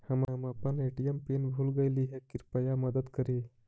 हम अपन ATM PIN भूल गईली हे, कृपया मदद करी